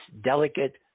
delicate